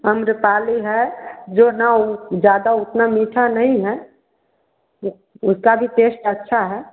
आम्रपाली है जो न उ ज़्यादा उतना मीठा नहीं है उ उसका भी टेस्ट अच्छा है